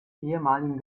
ehemaligen